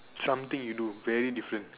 something you do very different